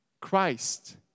christ